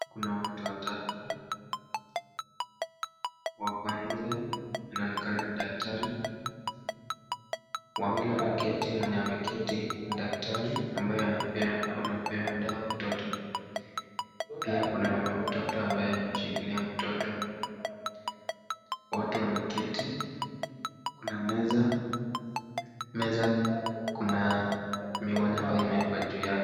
Kuna watu watatu. Wa kwanza inaonekana ni daktari, wawili wameketi mwenye ameketi ni daktari mwenye anapea dawa mtoto. Pia kuna mama mtoto ambaye amemshikilia mtoto, wote wameketi ,kuna meza, meza kuna miwani ambaye imeekwa juu yake.